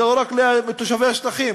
זה לא רק לתושבי השטחים,